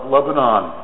Lebanon